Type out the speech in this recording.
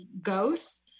ghosts